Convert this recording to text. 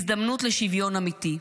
הזדמנות לשוויון אמיתי.